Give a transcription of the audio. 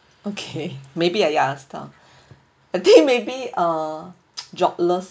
okay maybe I ya I stop I think maybe uh jobless